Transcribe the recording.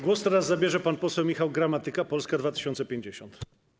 Głos teraz zabierze pan poseł Michał Gramatyka, Polska 2050.